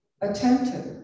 attentive